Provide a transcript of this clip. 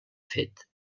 fet